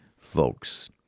folks